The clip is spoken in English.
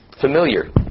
familiar